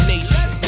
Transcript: Nation